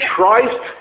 Christ